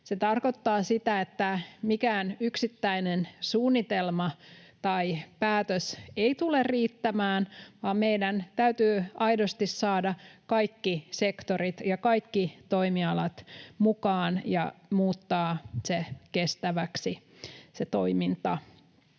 Se tarkoittaa sitä, että mikään yksittäinen suunnitelma tai päätös ei tule riittämään, vaan meidän täytyy aidosti saada kaikki sektorit ja kaikki toimialat mukaan ja muuttaa kestäväksi se toiminta.